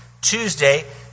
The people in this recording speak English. Tuesday